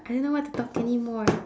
I don't know what to talk anymore